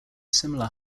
similar